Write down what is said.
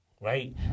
Right